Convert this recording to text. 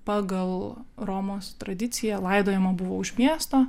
pagal romos tradiciją laidojama buvo už miesto